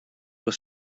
was